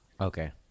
Okay